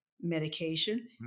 medication